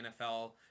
NFL